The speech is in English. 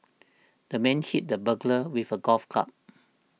the man hit the burglar with a golf club